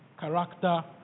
character